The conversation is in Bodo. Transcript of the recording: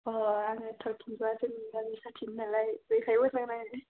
अह आङो थरथिग'आ जोंनि गामि खाथिनि नालाइ बेखाइ मोजां नाङो